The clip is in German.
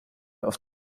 auf